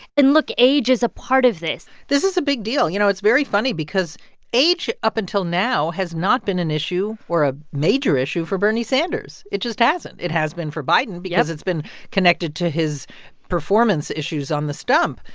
and look age is a part of this this is a big deal. you know, it's very funny because age, up until now, has not been an issue or a major issue for bernie sanders. it just hasn't. it has been for biden because it's been connected to his performance issues on the stump.